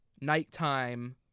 nighttime